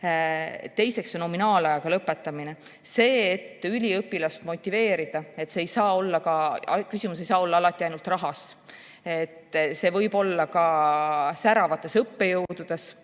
Teiseks, nominaalajaga lõpetamine. See, et üliõpilast motiveerida – küsimus ei saa olla alati ainult rahas, see võib olla ka säravates õppejõududes.